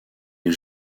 les